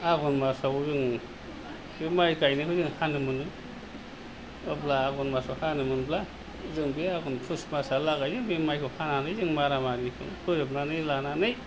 आघोन मासआव जों बे माइ गायनायखौ जों हानो मोनो अब्ला आघोन मासआव हानो मोनब्ला जों बे आघोन पुष मासहालागै जों माइखौ हानानै जों मारा मारिखौ फोजोबनानै लानानै